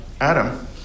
Adam